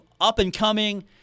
up-and-coming